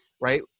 right